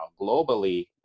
globally